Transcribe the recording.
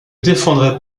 défendrai